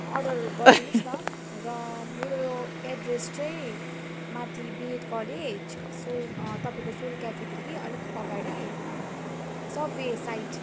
order गरिदिनु होस् न र मेरो एड्रेस चाहिँ माथि बि एड कलेज सोल तपाईँको सोल क्याफेदेखि अलिक अगाडी सबवे साइड